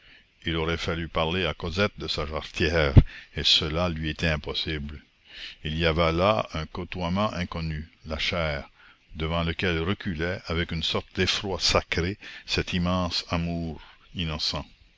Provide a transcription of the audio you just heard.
il aurait fallu parler à cosette de sa jarretière et cela lui était impossible il y avait là un côtoiement inconnu la chair devant lequel reculait avec une sorte d'effroi sacré cet immense amour innocent